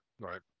Right